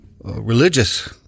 religious